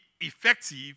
effective